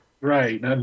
Right